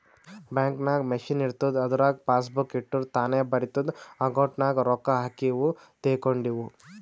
bank ನಾಗ್ machine ಇರ್ತುದ್ ಅದುರಾಗ್ ಪಾಸಬುಕ್ ಇಟ್ಟುರ್ ತಾನೇ ಬರಿತುದ್ ಅಕೌಂಟ್ ನಾಗ್ ರೊಕ್ಕಾ ಹಾಕಿವು ತೇಕೊಂಡಿವು